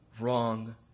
wrong